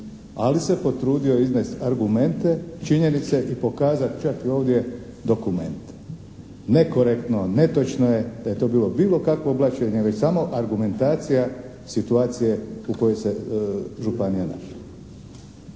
Ali se potrudio iznest argumente, činjenice i pokazat čak i ovdje dokumente. Nekorektno, netočno je da je to bilo bilo kakvo blaćenje, već samo argumentacija situacije u kojoj se županija našla.